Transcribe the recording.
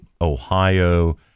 Ohio